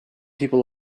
people